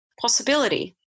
possibility